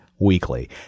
weekly